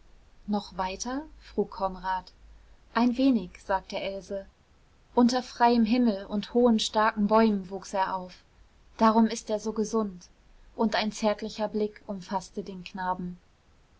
noch weiter frug konrad ein wenig sagte else unter freiem himmel und hohen starken bäumen wuchs er auf darum ist er so gesund und ein zärtlicher blick umfaßte den knaben